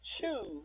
choose